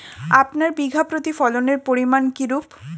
আপনার বিঘা প্রতি ফলনের পরিমান কীরূপ?